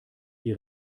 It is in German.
die